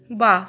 বাহ্